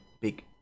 big